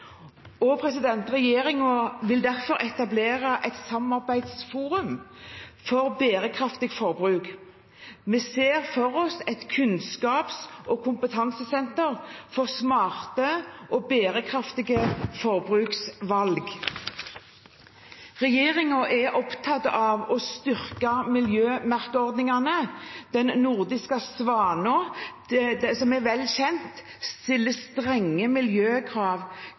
vil derfor etablere et samarbeidsforum for bærekraftig forbruk. Vi ser for oss et kunnskaps- og kompetansesenter for smarte og bærekraftige forbruksvalg. Regjeringen er opptatt av å styrke miljømerkeordningene. Den nordiske Svanen, som er vel kjent, stiller strenge miljøkrav,